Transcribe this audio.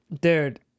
dude